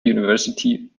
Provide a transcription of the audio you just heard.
university